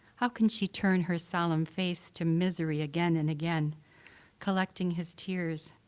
how can she turn her solemn face to misery again and again collecting his tears,